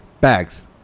bags